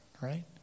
right